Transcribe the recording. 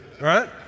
right